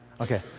Okay